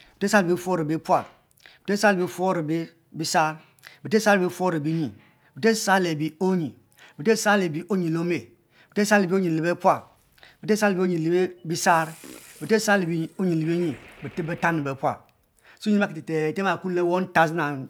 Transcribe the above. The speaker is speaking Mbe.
befeb besisar le bifour bipual befeb besisar le bifuor bisar befeb besisar le bifuor binyi befeb besisar lebe onyi befeb besisar le onyi le onu befeb besisar le onyi befeb besisar le onyi le bisar, befeb besisar le onyi le binyi befeb betanyi be pual oma te te te oma kuom one thosand